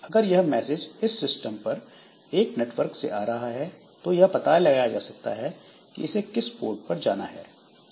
अगर यह मैसेज इस सिस्टम पर एक नेटवर्क से आ रहा है तो यह पता लगाया जा सकता है कि इसे किस पोर्ट पर जाना है